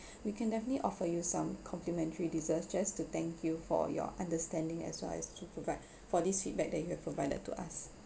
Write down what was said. we can definitely offer you some complimentary dessert just to thank you for your understanding as well as to provide for this feedback that you have provided to us